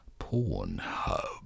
Pornhub